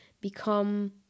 become